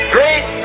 Great